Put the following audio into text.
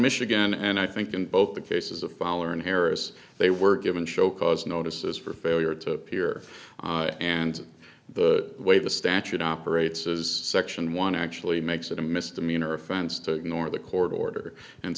michigan and i think in both the cases of fowler and harris they were given show cause notices for failure to appear and the way the statute operates has section one actually makes it a misdemeanor offense to ignore the court order and